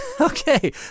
Okay